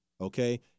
okay